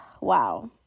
wow